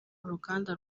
uruganda